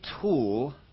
tool